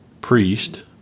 Priest